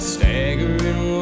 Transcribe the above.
Staggering